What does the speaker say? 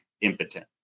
impotent